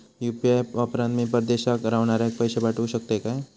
UPI वापरान मी परदेशाक रव्हनाऱ्याक पैशे पाठवु शकतय काय?